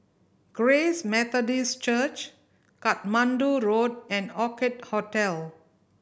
Grace Methodist Church Katmandu Road and Orchid Hotel